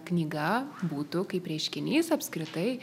knyga būtų kaip reiškinys apskritai